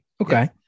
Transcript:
okay